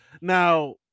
Now